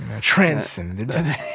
Transcend